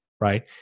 right